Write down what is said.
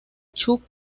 chuck